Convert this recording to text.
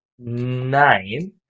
Nine